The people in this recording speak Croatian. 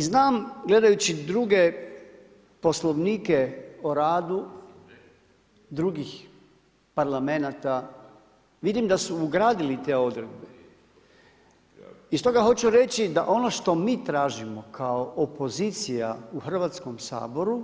I znam gledajući druge poslovnike o radu drugih parlamenata vidim da su ugradili te odredbe i stoga hoću reći da ono što mi tražimo kao opozicija u Hrvatskom saboru